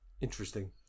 Interesting